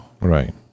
Right